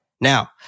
Now